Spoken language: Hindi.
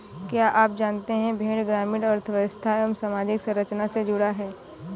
क्या आप जानते है भेड़ ग्रामीण अर्थव्यस्था एवं सामाजिक संरचना से जुड़ा है?